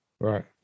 Right